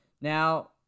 Now